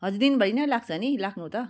हजुर दिनभरि नै लाग्छ नि लाग्नु त